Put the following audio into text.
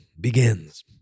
begins